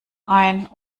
ein